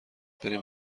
بریم